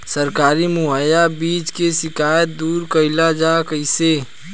सरकारी मुहैया बीज के शिकायत दूर कईल जाला कईसे?